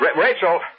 Rachel